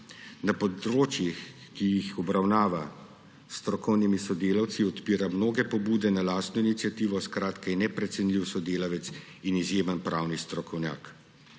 Na področjih, ki jih obravnava s strokovnimi sodelavci, odpira mnoge pobude na lastno iniciativo, je neprecenljiv sodelavec in izjemen pravni strokovnjak.